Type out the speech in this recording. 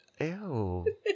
Ew